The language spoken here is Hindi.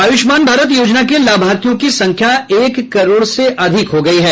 आयूष्मान भारत योजना के लाभार्थियों की संख्या एक करोड़ से अधिक हो गयी है